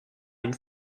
une